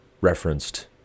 referenced